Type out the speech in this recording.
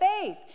faith